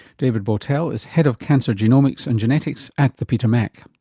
david bowtell is head of cancer genomics and genetics at the peter mac.